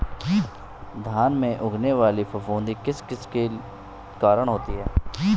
धान में लगने वाली फफूंदी किस किस के कारण होती है?